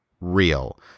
real